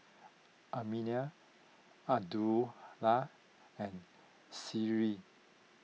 Aminah Abdullah and Seri